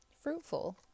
fruitful